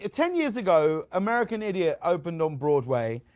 ah ten years ago, american idiot opened on broadway,